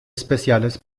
especiales